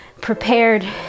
prepared